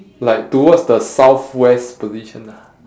like towards the southwest position ah